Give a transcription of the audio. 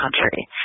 country